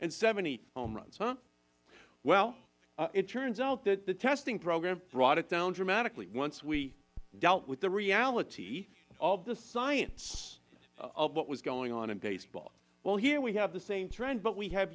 and seventy home runs huh well it turns out that the testing program brought it down dramatically once we dealt with the reality of the science of what was going on in baseball well here we have the same trend but we have